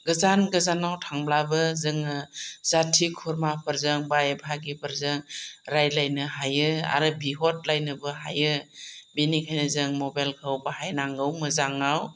गोजान गोजानाव थांब्लाबो जोङो जाथि खुरमाफोरजों बाय बाहागिफोरजों रायज्लायनो हायो आरो बिहरलायनोबो हायो बेनिखायनो जों मबाइलखौ बाहायनांगौ मोजाङाव